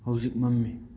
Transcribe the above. ꯍꯧꯖꯤꯛ ꯃꯝꯃꯤ